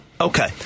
Okay